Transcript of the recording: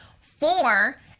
Four